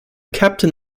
captain